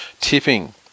tipping